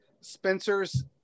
Spencer's